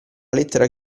lettera